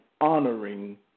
honoring